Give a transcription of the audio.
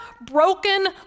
broken